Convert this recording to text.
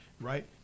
right